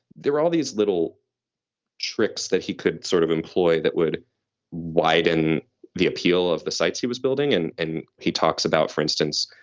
there were all these little tricks that he couldn't sort of employ that would widen the appeal of the sites he was building and and he talks about, for instance,